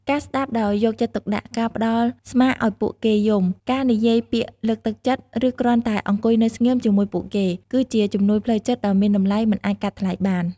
ការស្តាប់ដោយយកចិត្តទុកដាក់ ការផ្តល់ស្មាឲ្យពួកគេយំ ការនិយាយពាក្យលើកទឹកចិត្ត ឬគ្រាន់តែអង្គុយនៅស្ងៀមជាមួយពួកគេ គឺជាជំនួយផ្លូវចិត្តដ៏មានតម្លៃមិនអាចកាត់ថ្លៃបាន។